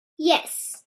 yes